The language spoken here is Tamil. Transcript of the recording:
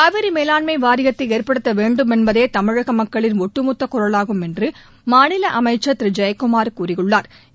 காவிரி மேலாண்மை வாரியத்தை ஏற்படுத்த வேண்டும் என்பதே தமிழக மக்களின் ஒட்டுமொத்த குரவாகும் என்று மாநில அமைச்சா் திரு ஜெயக்குமாா் கூறியுள்ளாா்